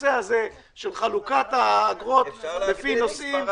בנושא הזה של חלוקת האגרות לפי נושאים,